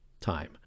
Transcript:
time